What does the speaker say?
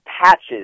patches